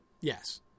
Yes